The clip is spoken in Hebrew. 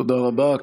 תודה רבה.